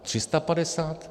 350?